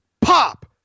pop